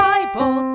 Bible